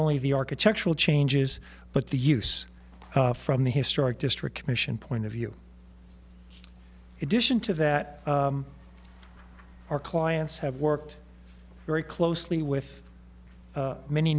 only the architectural changes but the use from the historic district commission point of view edition to that our clients have worked very closely with many